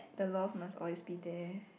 the lost must always be there